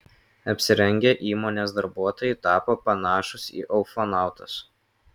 apsirengę įmonės darbuotojai tapo panašūs į ufonautus